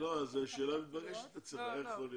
זו שאלה מתבקשת אצלך, איך זה יכול להיות?